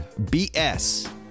BS